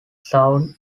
sound